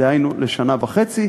דהיינו, לשנה וחצי.